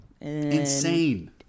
insane